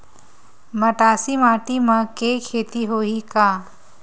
मटासी माटी म के खेती होही का?